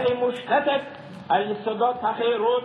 תהא מושתתת על יסודות החירות,